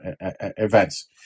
events